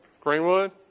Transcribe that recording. Greenwood